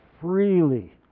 freely